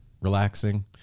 relaxing